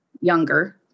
younger